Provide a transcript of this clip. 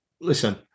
listen